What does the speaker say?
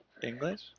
English